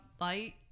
Light